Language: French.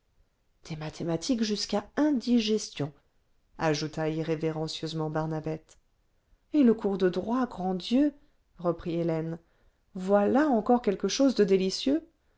des mathématiques jusqu'à indigestion ajouta irrévérencieusement barnabette et le cours de droit grand dieu reprit hélène voilà encore le vingtième siècle quelque chose de délicieux